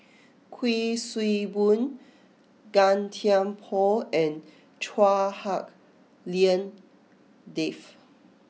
Kuik Swee Boon Gan Thiam Poh and Chua Hak Lien Dave